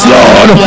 Lord